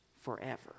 forever